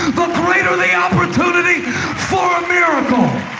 greater the opportunity for a miracle.